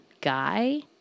guy